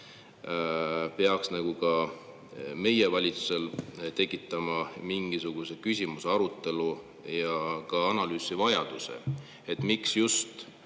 käik ka meie valitsusel tekitama mingisuguse küsimuse, arutelu- ja ka analüüsivajaduse, et miks just